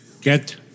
get